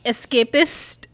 Escapist